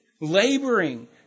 laboring